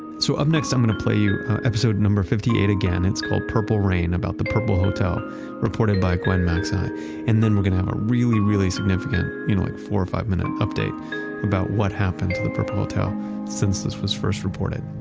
so up next, i'm going to play you episode number fifty eight again, it's called purple reign about the purple hotel by gwen macsai and then we're going to have a really, really significant you know like four or five minute update about what happened to the purple hotel since this was first reported,